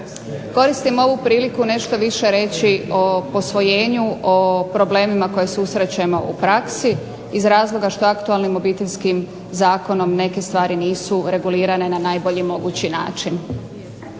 Koristim ovu priliku nešto više reći o posvojenju, o problemima koje susrećemo u praksi iz razloga što je aktualnim Obiteljskim zakonom neke stvari nisu regulirane na najbolji mogući način.